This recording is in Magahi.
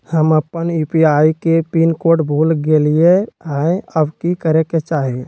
हम अपन यू.पी.आई के पिन कोड भूल गेलिये हई, अब की करे के चाही?